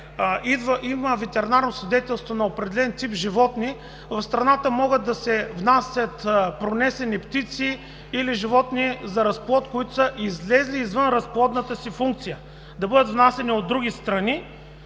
има ветеринарно свидетелство на определен тип животни, в страната могат да се внасят привнесени птици или животни за разплод, излезли извън разплодната си функция – да бъдат внасяни от други страни,